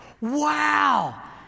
Wow